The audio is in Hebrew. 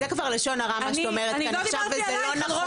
זה כבר לשון הרע מה שאת אומרת כאן עכשיו וזה לא נכון.